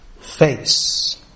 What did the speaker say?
face